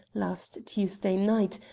last tuesday night,